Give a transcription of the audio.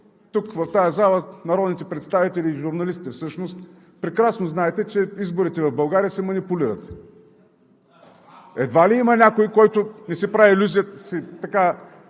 тук, в тази зала, народните представители и журналистите, всъщност прекрасно знаете, че изборите в България се манипулират. Едва ли има някой, който си прави илюзията,